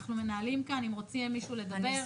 אם מישהו רוצה לדבר,